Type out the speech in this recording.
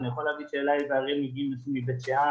אני יכול להגיד שאליי באריאל הגיעו מבית שאן,